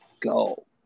go